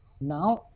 Now